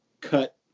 cut